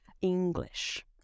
English